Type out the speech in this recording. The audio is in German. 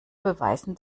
beweisen